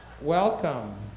welcome